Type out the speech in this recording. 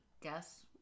Guess